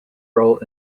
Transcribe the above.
role